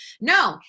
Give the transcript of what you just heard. No